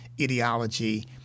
ideology